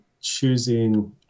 choosing